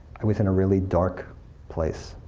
i was in a really dark place,